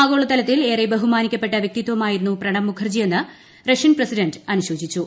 ആഗോളതലത്തിൽ ഏറെ ബഹുമാനിക്കപ്പെട്ട വൃക്തിത്വമായിരുന്നു പ്രണബ് മുഖർജിയെന്ന് റഷ്യൻ പ്രസിഡന്റ് അനുശോചിച്ചു